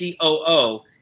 COO